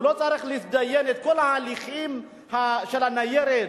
הוא לא צריך להתדיין בכל ההליכים של הניירת,